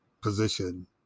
position